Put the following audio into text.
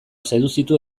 seduzitu